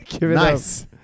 Nice